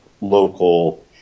local